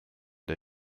der